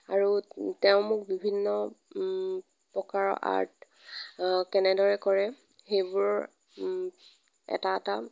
আৰু তেওঁ মোক বিভিন্ন প্ৰকাৰৰ আৰ্ট কেনেদৰে কৰে সেইবোৰৰ এটা এটা